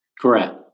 Correct